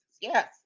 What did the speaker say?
Yes